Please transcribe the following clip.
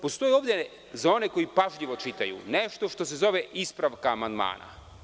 Postoji ovde, za one koji pažljivo čitaju, nešto što se zove ispravka amandmana.